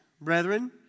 brethren